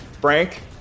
Frank